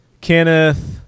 Kenneth